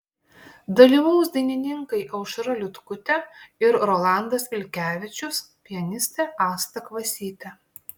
dalyvaus dainininkai aušra liutkutė ir rolandas vilkevičius pianistė asta kvasytė